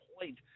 point